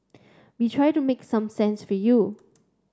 we try to make some sense for you